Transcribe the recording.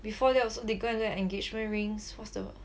before that also they go and get engagement rings what's the